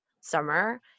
summer